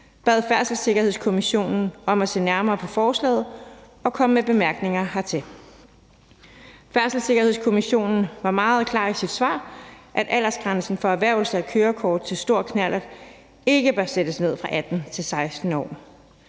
bad Færdselssikkerhedskommissionen om at se nærmere på forslaget og komme med bemærkninger hertil. Færdselssikkerhedskommissionen var meget klar i sit svar og sagde, at aldersgrænsen for erhvervelse af kørekort til stor knallert ikke bør sættes ned fra 18 til 16 år.